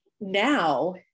now